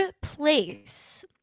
place